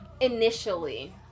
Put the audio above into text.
initially